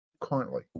currently